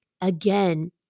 Again